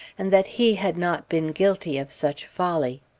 and that he had not been guilty of such folly.